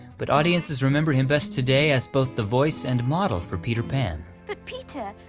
but audiences remember him best today as both the voice and model for peter pan. but peter,